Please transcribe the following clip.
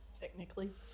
Technically